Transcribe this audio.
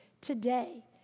today